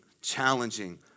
challenging